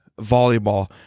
volleyball